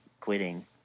quitting